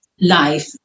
life